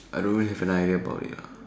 I don't really have an idea about it lah